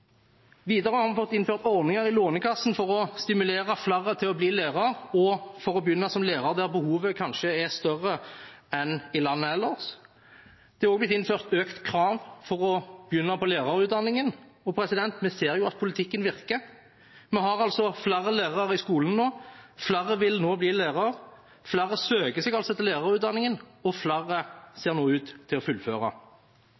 Videre har vi fått innført ordninger i Lånekassen for å stimulere flere til å bli lærer og til å begynne som lærer der behovet kanskje er større enn i landet ellers. Det er også blitt innført økte krav for å begynne på lærerutdanningen. Vi ser at politikken virker. Vi har flere lærere i skolen nå, flere vil nå bli lærer. Flere søker seg altså til lærerutdanningen, og flere